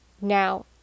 Now